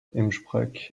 innsbruck